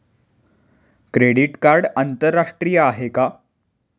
Credit card आंतरराष्ट्रीय आहे का?